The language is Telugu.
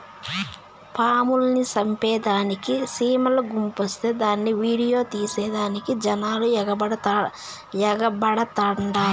పాముల్ని సంపేదానికి సీమల గుంపొస్తే దాన్ని ఈడియో తీసేదానికి జనాలు ఎగబడతండారు